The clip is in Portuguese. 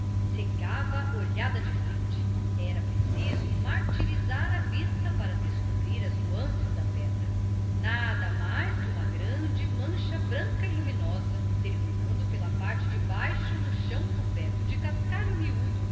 cegava olhada de frente era preciso martirizar a vista para descobrir as nuanças da pedra nada mais que uma grande mancha branca e luminosa terminando pela parte de baixo no chão coberto de cascalho